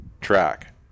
track